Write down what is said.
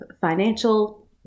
financial